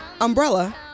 Umbrella